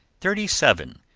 thirty seven.